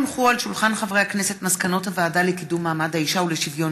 הונחו על שולחן הכנסת מסקנות הוועדה לקידום מעמד האישה ולשוויון